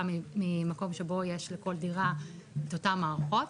ממקום שבו יש לכל דירה את אותן מערכות.